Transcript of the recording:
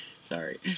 Sorry